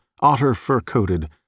otter-fur-coated